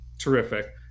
Terrific